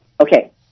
Okay